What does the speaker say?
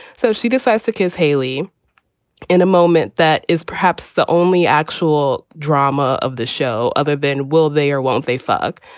so she decides to kiss hayley in a moment. that is perhaps the only actual drama of the show other than will they or won't they fuck?